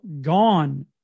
gone